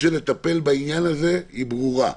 לתת את האפשרות לתבוע ביד אחת וביד שנייה לבוא ולהגיד: